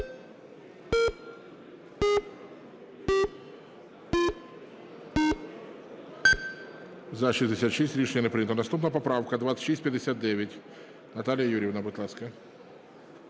За-66 Рішення не прийнято. Наступна поправка 2659. Наталія Юріївна, будь ласка.